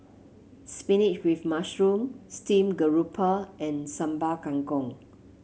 spinach with mushroom Steamed Garoupa and Sambal Kangkong